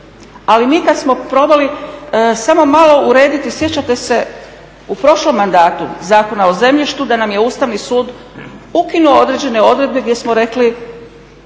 Ali mi kad smo probali samo malo urediti, sjećate se u prošlom mandatu Zakona o zemljištu da nam je ustavni sud ukinuo određene odredbe gdje smo rekli